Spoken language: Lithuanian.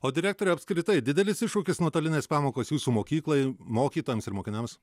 o direktorė apskritai didelis iššūkis nuotolinės pamokos jūsų mokyklai mokytojams ir mokiniams